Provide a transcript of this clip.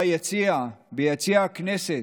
ביציע הכנסת,